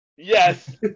Yes